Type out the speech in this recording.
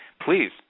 please